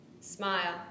smile